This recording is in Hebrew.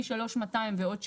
מ-3,200 ועוד 600,